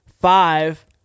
Five